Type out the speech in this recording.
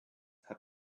had